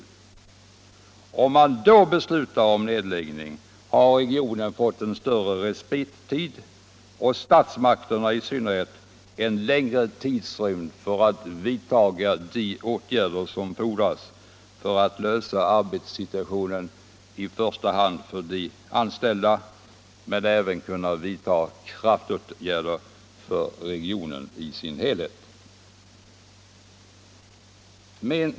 Beslutar man då om nedläggning har regionen fått en längre respittid. Statsmakterna för sin del får mera tid på sig för att vidta de åtgärder som fordras för att lösa arbetssituationen i första hand för de anställda men även för att vidta kraftåtgärder för regionen i dess helhet.